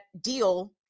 deal